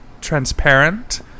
transparent